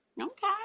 okay